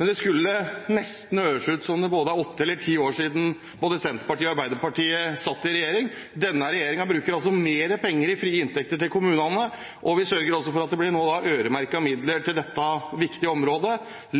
Men det høres nesten ut som om det både er åtte og ti år siden både Senterpartiet og Arbeiderpartiet satt i regjering. Denne regjeringen bruker mer penger i frie inntekter til kommunene, og vi sørger altså for at det nå blir øremerkede midler til dette viktige området,